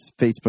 facebook